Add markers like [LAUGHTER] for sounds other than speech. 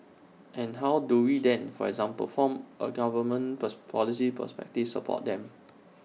and how do we then for example from A government [UNINTELLIGIBLE] policy perspective support them